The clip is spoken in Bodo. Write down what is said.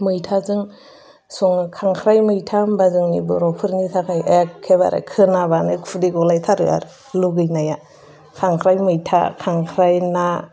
मैथाजों सङो खांख्राइ मैथा होनोबा जोंनि बर'फोरनि थाखाय एखेबारे खोनाबानो खुदै गलायथारो आरो लगैनाय खांख्राइ मैथा खांख्राइ ना